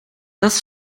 dass